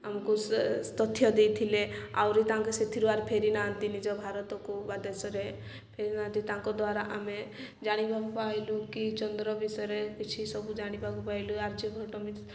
ଆମକୁ ସେ ତଥ୍ୟ ଦେଇଥିଲେ ଆହୁରି ତାଙ୍କ ସେଥିରୁ ଆର୍ ଫେରି ନାହାନ୍ତି ନିଜ ଭାରତକୁ ବା ଦେଶରେ ଫେରି ନାହାନ୍ତି ତାଙ୍କ ଦ୍ୱାରା ଆମେ ଜାଣିବାକୁ ପାଇଲୁ କି ଚନ୍ଦ୍ର ବିଷୟରେ କିଛି ସବୁ ଜାଣିବାକୁ ପାଇଲୁ ଆର୍ଯ୍ୟଭଟ୍ଟ